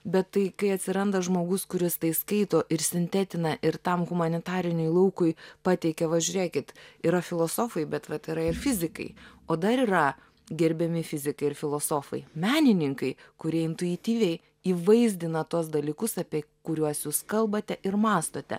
bet tai kai atsiranda žmogus kuris tai skaito ir sintetina ir tam humanitariniui laukui pateikia va žiūrėkit yra filosofai bet vat yra ir fizikai o dar yra gerbiami fizikai ir filosofai menininkai kurie intuityviai įvaizdina tuos dalykus apie kuriuos jūs kalbate ir mąstote